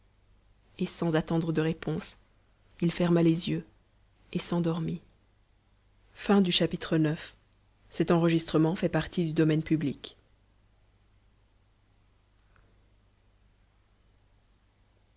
et sans attendre de réponse il ferma les yeux et s'endormit